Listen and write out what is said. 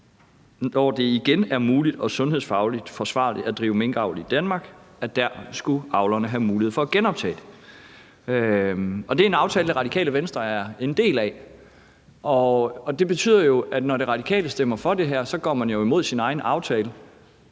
når det igen var muligt og sundhedsfagligt forsvarligt at drive minkavl i Danmark, skulle avlerne have mulighed for at genoptage det. Det er en aftale, Radikale Venstre er en del af. Det betyder, at når De Radikale stemmer for det her, går man jo imod sin egen aftale.